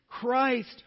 Christ